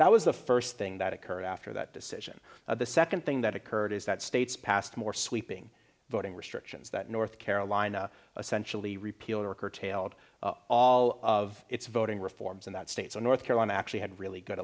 that was the first thing that occurred after that decision the second thing that occurred is that states passed more sweeping voting restrictions that north carolina essentially repealed or curtailed all of its voting reforms and that states in north carolina actually had really good